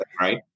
right